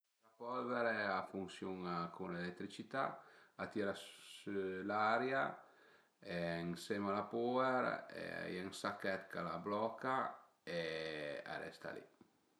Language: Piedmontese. L'aspirapolvere a funsiun-a cun l'eletricità, a tira sü l'aria ënsema a la puer, a ie ën sachèt ch'a la bloca e a resta li